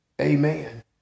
Amen